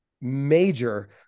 major